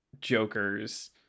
Jokers